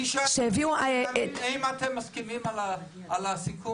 אני שואל האם אתם מסכימים על הסיכום